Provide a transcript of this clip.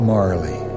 Marley